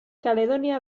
kaledonia